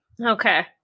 Okay